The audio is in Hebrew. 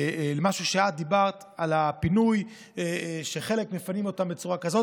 למשהו שאת אמרת על הפינוי שחלק מפנים אותם בצורה כזאת,